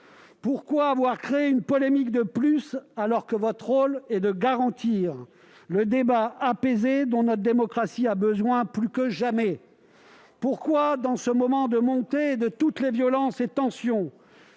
Pourquoi avoir créé une polémique de plus, alors que votre rôle est de garantir le débat apaisé dont notre démocratie a, plus que jamais, besoin ? Pourquoi, dans ce moment de montée de toutes les violences et tensions,